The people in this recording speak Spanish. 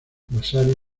vasari